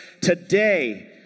Today